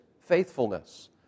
faithfulness